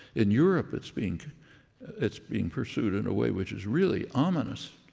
in europe, it's being it's being pursued in a way which is really ominous.